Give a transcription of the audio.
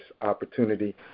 opportunity